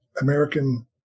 american